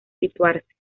situarse